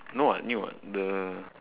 no [what] new [what] the